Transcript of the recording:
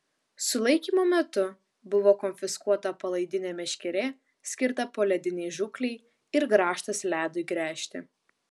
sulaikymo metu buvo konfiskuota palaidinė meškerė skirta poledinei žūklei ir grąžtas ledui gręžti